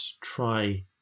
try